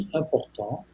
important